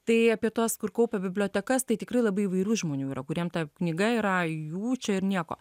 tai apie tuos kur kaupia bibliotekas tai tikrai labai įvairių žmonių yra kuriem ta knyga yra jų čia ir nieko